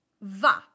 va